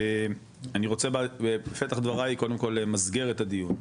אני רוצה בפתח דברי קודם כל למסגר את הדיון,